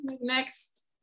next